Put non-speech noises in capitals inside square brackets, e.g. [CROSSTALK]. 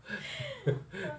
[NOISE]